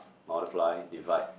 multiply divide